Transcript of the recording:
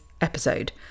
episode